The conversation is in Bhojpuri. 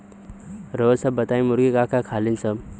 रउआ सभ बताई मुर्गी का का खालीन सब?